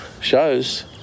shows